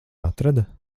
atrada